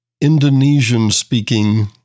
Indonesian-speaking